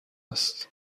است